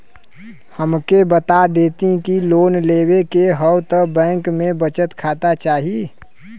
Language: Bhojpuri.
हमके बता देती की लोन लेवे के हव त बैंक में बचत खाता चाही?